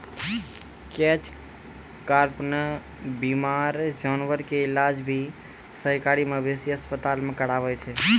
catch कार्प नॅ बीमार जानवर के इलाज भी सरकारी मवेशी अस्पताल मॅ करावै छै